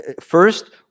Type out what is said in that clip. first